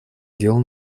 дел